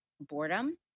boredom